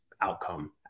outcome